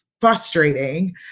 frustrating